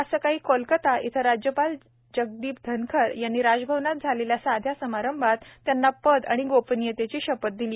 आज सकाळी कोलकत्ता इथं राज्यपाल जगदीप धनखर यांनी राजभवनात झालेल्या साध्या समारंभात त्यांना पद आणि गोपनियतेची शपथ दिली